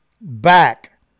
back